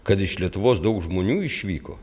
kad iš lietuvos daug žmonių išvyko